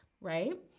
right